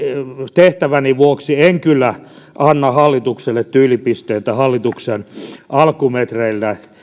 tehtäväni vuoksi en kyllä anna hallitukselle tyylipisteitä hallituksen alkumetreiltä